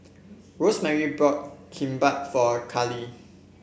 Rosemary bought Kimbap for Karly